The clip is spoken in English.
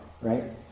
right